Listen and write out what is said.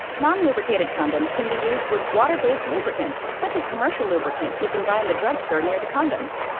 non lubricated condoms can be used with water-based lubricants, such as commercial lubricant you can buy in the drugstore near the condoms.